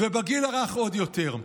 ובגיל הרך, עוד יותר.